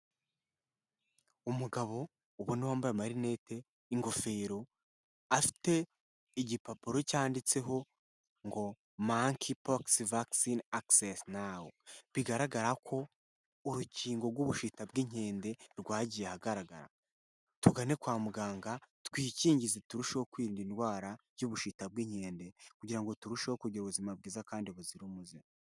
Umugabo ubona wambaye amarinete n'ingofero, afite igipapuro cyanditseho ngo: Monkey pox vaccine access now. Bigaragara ko urukingo rw'ubushita bw'inkende, rwagiye ahagaragara. Tugane kwa muganga, twikingize turusheho kwirinda indwara y'ubushita bw'inkende, kugira ngo turusheho kugira ubuzima bwiza kandi buzira umuze.